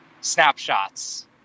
snapshots